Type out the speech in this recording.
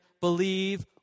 believe